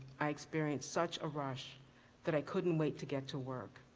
i experienced such a rush that i couldn't wait to get to work.